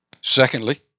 Secondly